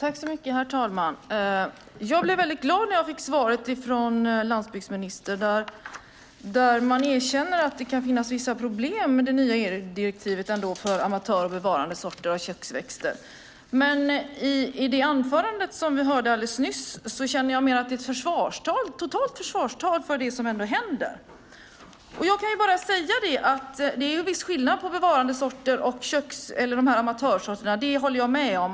Herr talman! Jag blev glad när jag fick svaret från landsbygdsministern där han erkänner att det kan finnas vissa problem med det nya EU-direktivet för amatör och bevarandesorter av köksväxter. Men det anförande som vi hörde alldeles nyss kände jag var ett totalt försvarstal för det som ändå händer. Det är en viss skillnad mellan bevarandesorter och amatörsorter. Det håller jag med om.